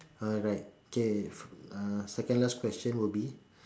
alright K second last question will be